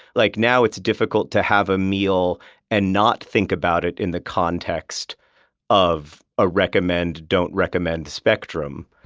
like now it's difficult to have a meal and not think about it in the context of a recommend don't recommend spectrum.